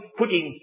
putting